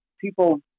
people